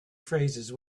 phrases